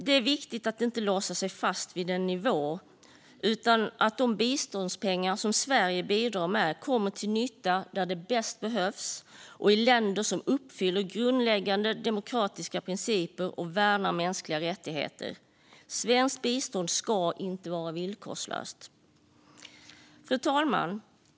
Det är viktigt att inte låsa fast sig vid en nivå utan att de biståndspengar som Sverige bidrar med kommer till nytta där de bäst behövs och i länder som uppfyller grundläggande demokratiska principer och värnar mänskliga rättigheter. Svenskt bistånd ska inte vara villkorslöst. Fru talman!